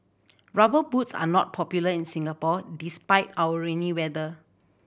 Rubber Boots are not popular in Singapore despite our rainy weather